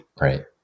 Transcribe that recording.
right